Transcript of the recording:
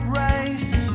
race